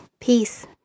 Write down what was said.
peace